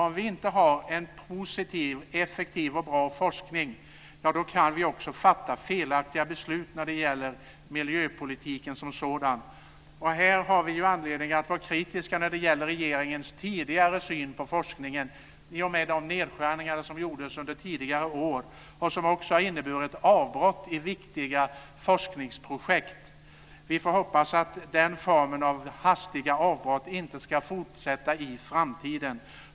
Om vi inte har en positiv, effektiv och bra forskning kan vi också fatta felaktiga beslut när det gäller miljöpolitiken som sådan. Här har vi anledning att vara kritiska när det gäller regeringens tidigare syn på forskningen i och med de nedskärningar som gjordes under tidigare år och som också har inneburit avbrott i viktiga forskningsprojekt. Vi får hoppas att den formen av hastiga avbrott inte ska fortsätta i framtiden.